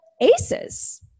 aces